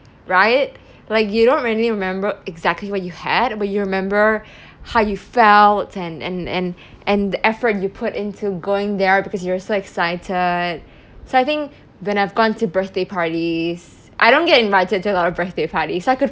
right like you don't really remember exactly what you had but you remember how you felt and and and and the effort you put into going there because you're so excited so I think when I've gone to birthday parties I don't get invited to a lot of birthday parties so I could